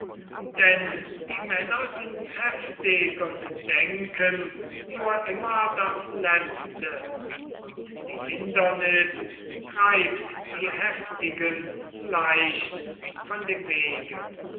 denn die männer sind heftig und denken nur immer das letzte und die hindernis treibt die heftigen leicht von dem wege